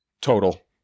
Total